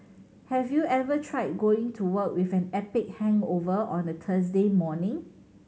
have you ever tried going to work with an epic hangover on a Thursday morning